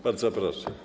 Bardzo proszę.